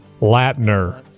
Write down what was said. Latner